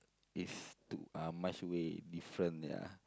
it's to uh much way different ya